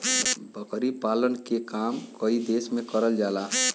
बकरी पालन के काम कई देस में करल जाला